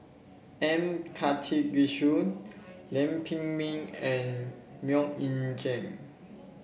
M Karthigesu Lam Pin Min and MoK Ying Jang